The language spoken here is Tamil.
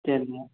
சரிங்க